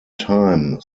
time